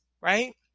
right